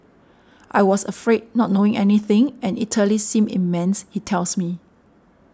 I was afraid not knowing anything and Italy seemed immense he tells me